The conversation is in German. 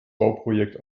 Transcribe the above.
bauprojekt